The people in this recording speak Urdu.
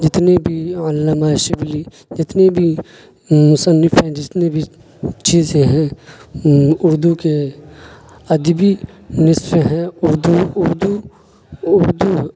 جتنے بھی علامہ شبلی جتنے بھی مصنف ہیں جتنے بھی چیزیں ہیں اردو کے ادبی نصف ہیں اردو اردو اردو